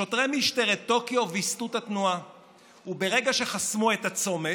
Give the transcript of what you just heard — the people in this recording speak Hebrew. שוטרי משטרת טוקיו ויסתו את התנועה וברגע שחסמו את הצומת,